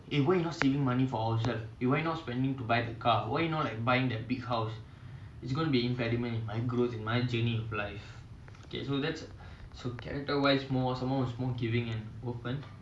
like someone who looks attractive as a human again lah animal instinct ah so I do enjoy some of those so with that I think the topic ends lah